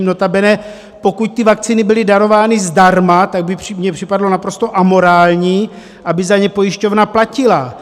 Notabene pokud ty vakcíny byly darovány zdarma, tak by mi připadalo naprosto amorální, aby za ně pojišťovna platila.